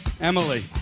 Emily